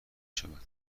شود